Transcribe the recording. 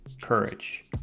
courage